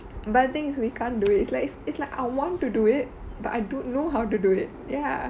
but the thing is we can't do it it's like it's like I wanted to do it but I don't know how to do it ya